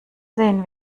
sehen